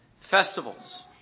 festivals